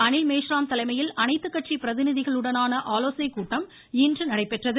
அனில்மேஷ்ராம் தலைமையில் அனைத்துக்கட்சி பிரதிநிதிகளுடனான ஆலோசனைக் கூட்டம் இன்று நடைபெற்றது